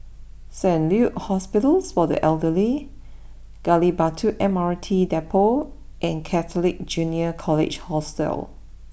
Saint Luke's Hospital for the Elderly Gali Batu M R T Depot and Catholic Junior College Hostel